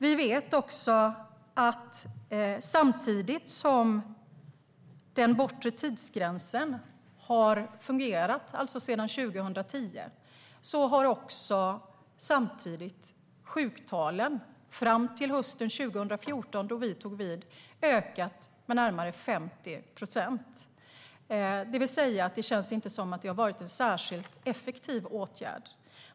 Vi vet också att sedan den bortre tidsgränsen trädde i kraft, alltså sedan 2010, och fram till hösten 2014 då vi tog vid har sjuktalen ökat med närmare 50 procent. Det känns alltså inte som att det har varit en särskilt effektiv åtgärd.